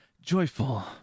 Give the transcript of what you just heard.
Joyful